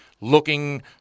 looking